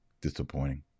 Disappointing